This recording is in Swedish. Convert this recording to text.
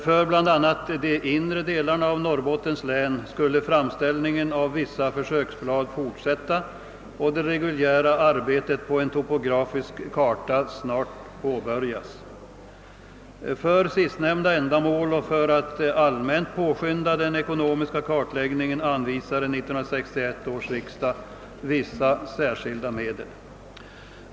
För bl.a. de inre delarna av Norrbottens län skulle framställningen av vissa försöksblad fortsätta och det reguljära arbetet på en topografisk karta snarast påbörjas. För sistnämnda ändamål och för att allmänt påskynda den ekonomiska kartläggningen anvisade 1961 års riksdag vissa särskilda medel.